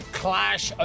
clash